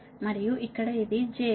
04